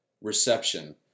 reception